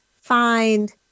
find